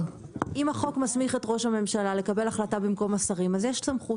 החוק מסמיך את ראש הממשלה לקבל החלטה במקום השרים אז יש סמכות.